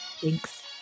Thanks